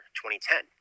2010